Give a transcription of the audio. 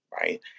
right